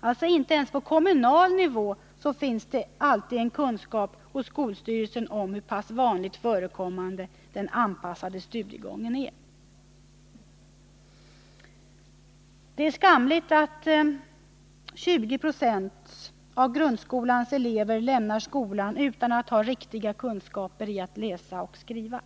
Alltså inte ens på kommunal nivå finns det alltid en kunskap hos skolstyrelsen om hur pass vanligt förekommande den anpassade studiegången är. Det är skamligt att 20 20 av grundskolans elever lämnar skolan utan att ha riktiga kunskaper i att läsa och skriva.